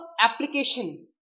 application